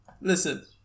listen